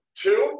two